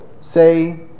say